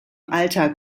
alter